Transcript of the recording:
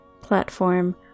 platform